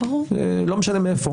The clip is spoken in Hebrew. לא משנה מאיפה.